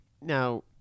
now